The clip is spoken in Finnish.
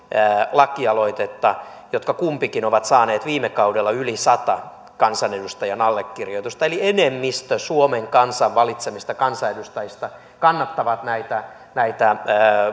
lakialoitetta joista kumpikin ovat saaneet viime kaudella yli sadan kansanedustajan allekirjoituksen eli enemmistö suomen kansan valitsemista kansanedustajista kannattaa näitä näitä